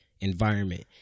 environment